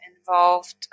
involved